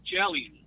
jelly